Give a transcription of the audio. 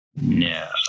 No